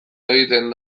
egiten